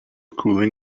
cooling